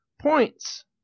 points